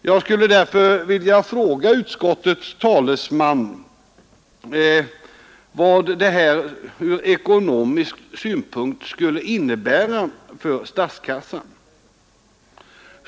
Jag skulle därför vilja fråga utskottets talesman vad detta ur ekonomisk synpunkt skulle innebära för statskassan.